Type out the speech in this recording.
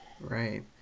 right